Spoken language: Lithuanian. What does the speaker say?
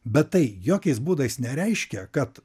bet tai jokiais būdais nereiškia kad